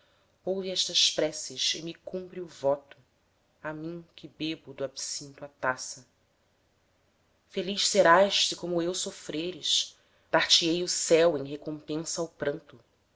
ouve estas preces e me cumpre o voto a mim que bebo do absinto a taça feliz serás se como eu sofreres dar-te-ei o céu em recompensa ao pranto